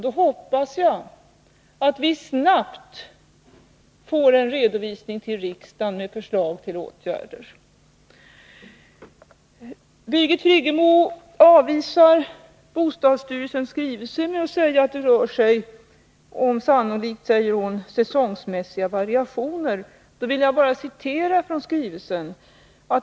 Jag hoppas att vi snabbt får en redovisning till riksdagen med förslag till åtgärder. Birgit Friggebo avvisar bostadsstyrelsens skrivelse med att säga att det sannolikt rör sig om säsongmässiga variationer. Då vill jag citera från skrivelsen.